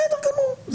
בסדר גמור.